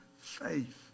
faith